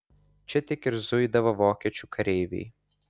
čia tik ir zuidavo vokiečių kareiviai